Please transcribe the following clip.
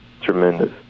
tremendous